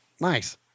Nice